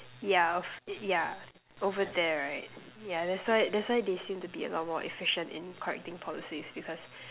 yeah ov~ yeah over there right yeah that's why that's why they seem to be a lot more efficient in correcting policies because